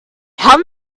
how